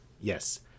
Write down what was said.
Yes